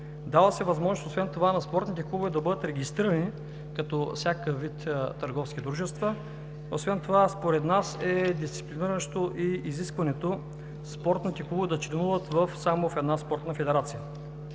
Дава се възможност, освен това, на спортните клубове да бъдат регистрирани като всякакъв вид търговски дружества. Освен това според нас е дисциплиниращо изискването спортните клубове да членуват само в една спортна федерация.